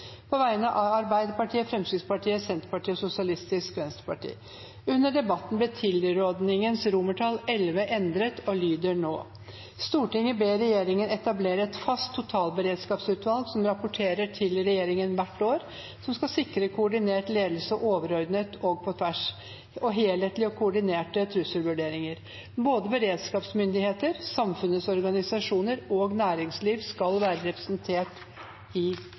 på vegne av Arbeiderpartiet, Fremskrittspartiet, Senterpartiet og Sosialistisk Venstreparti Under debatten ble tilrådingens XI endret og lyder nå: «Stortinget ber regjeringen etablere et fast totalberedskapsutvalg som rapporterer til regjeringen hvert år, som skal sikre koordinert ledelse overordnet og på tvers og helhetlige og koordinerte trusselvurderinger. Både beredskapsmyndigheter, samfunnets organisasjoner og næringsliv skal være representert i